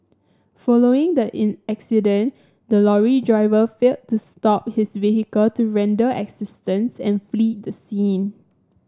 following the in accident the lorry driver failed to stop his vehicle to render assistance and fled the scene